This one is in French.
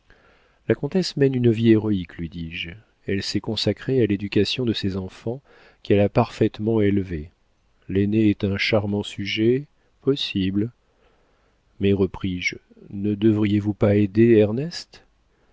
la comtesse mène une vie héroïque lui dis-je elle s'est consacrée à l'éducation de ses enfants qu'elle a parfaitement élevés l'aîné est un charmant sujet possible mais repris-je ne devriez-vous pas aider ernest